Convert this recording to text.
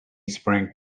sprang